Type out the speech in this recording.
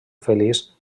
feliç